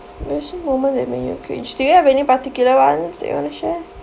embarrassing moment that made you cringe do you have any particular ones that you want to share